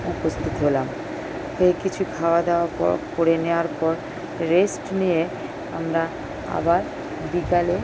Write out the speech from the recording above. উপস্থিত হলাম হয়ে কিছু খাওয়া দাওয়ার পর করে নেওয়ার পর রেস্ট নিয়ে আমরা আবার বিকালে